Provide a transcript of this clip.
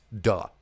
duh